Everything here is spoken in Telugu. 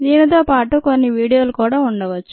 దీనితోపాటు కొన్ని వీడియోలు కూడా ఉండవచ్చు